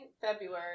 February